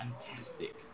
fantastic